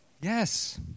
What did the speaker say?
Yes